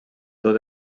tot